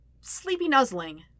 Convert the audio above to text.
sleepy-nuzzling